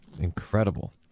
incredible